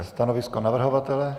Stanovisko navrhovatele?